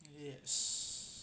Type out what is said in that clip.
yes